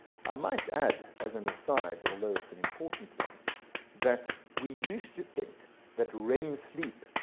i might add, as an aside although it's an important one that we used to think that rem sleep,